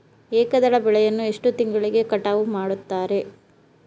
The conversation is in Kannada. ಏಕದಳ ಬೆಳೆಯನ್ನು ಎಷ್ಟು ತಿಂಗಳಿಗೆ ಕಟಾವು ಮಾಡುತ್ತಾರೆ?